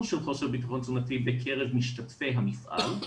של חוסר בטחון תזונתי בקרב משתתפי המפעל,